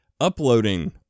uploading